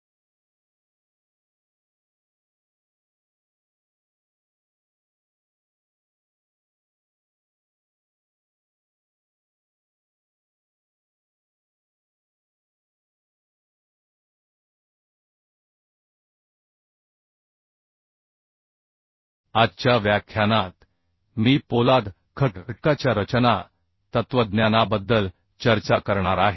आजच्या व्याख्यानात मी पोलाद घटकाच्या रचना तत्त्वज्ञानाबद्दल चर्चा करणार आहे